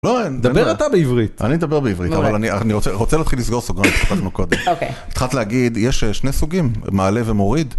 דבר אתה בעברית. אני אדבר בעברית, אבל אני רוצה להתחיל לסגור סוגריים שפתחנו קודם. אוקיי. התחלת להגיד, יש שני סוגים, מעלה ומוריד.